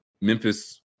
Memphis